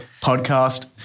podcast